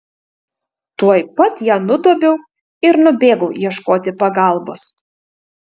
tuoj pat ją nudobiau ir nubėgau ieškoti pagalbos